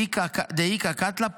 היכא דאיכא קטלא,